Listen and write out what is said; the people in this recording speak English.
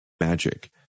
magic